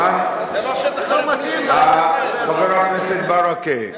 זה לא שטח, חבר הכנסת ברכה,